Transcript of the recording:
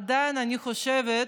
עדיין, אני חושבת,